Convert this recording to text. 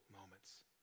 moments